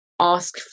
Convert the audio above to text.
ask